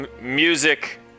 Music